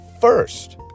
first